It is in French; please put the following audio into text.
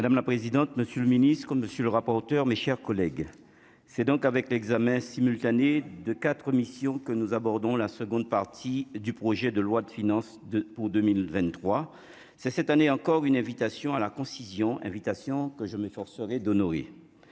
Madame la présidente, monsieur le ministre, monsieur le rapporteur, mes chers collègues, c'est donc avec l'examen simultanée de 4 émissions que nous abordons la seconde partie du projet de loi de finances 2 pour 2023, c'est cette année encore, une invitation à la concision invitation que je m'efforcerai d'quelques